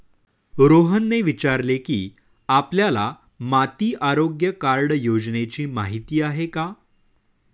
रोहनने विचारले की, आपल्याला माती आरोग्य कार्ड योजनेची माहिती आहे का?